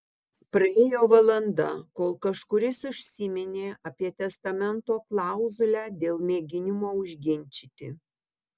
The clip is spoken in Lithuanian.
praėjo valanda kol kažkuris užsiminė apie testamento klauzulę dėl mėginimo užginčyti